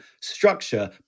structure